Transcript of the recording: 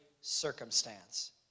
circumstance